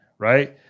Right